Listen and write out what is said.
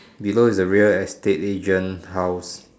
below is the real estate agent house